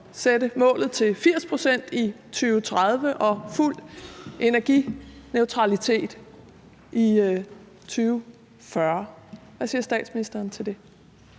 sætte målet til 80 pct. i 2030 og være fuldt energineutrale i 2040. Hvad siger statsministeren til det?